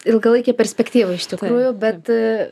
ilgalaikėj perspektyvoj iš tikrųjų bet